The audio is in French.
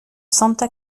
santa